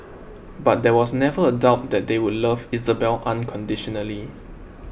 but there was never a doubt that they would love Isabelle unconditionally